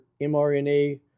mRNA